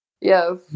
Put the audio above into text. Yes